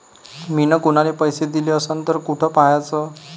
मिन कुनाले पैसे दिले असन तर कुठ पाहाचं?